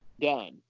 done